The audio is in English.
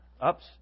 ups